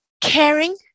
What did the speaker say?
caring